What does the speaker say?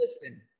Listen